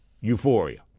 euphoria